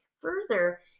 Further